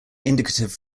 indicative